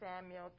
Samuel